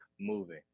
moving